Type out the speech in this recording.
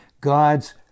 God's